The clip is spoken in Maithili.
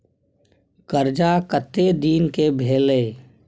कर्जा कत्ते दिन के भेलै?